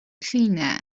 cleaner